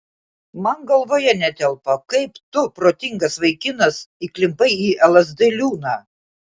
man galvoje netelpa kaip tu protingas vaikinas įklimpai į lsd liūną